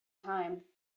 time